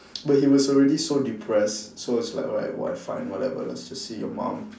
but he was already so depressed so it's like alright why fine whatever let's just see your mum